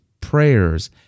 prayers